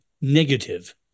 negative